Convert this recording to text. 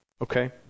okay